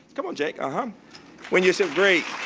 come on, jake. ah when you sit, great.